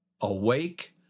Awake